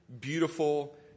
beautiful